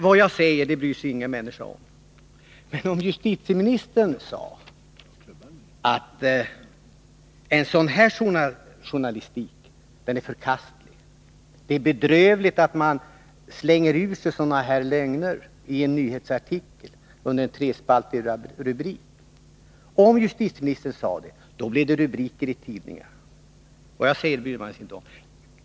Vad jag säger bryr sig ingen människa om, men om justitieministern här i riksdagen sade att en sådan här journalistik är förkastlig, att det är bedrövligt att man i en nyhetsartikel under en trespaltig rubrik slänger ur sig sådana här lögner, då skulle det bli rubriker i tidningarna.